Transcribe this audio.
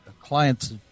client's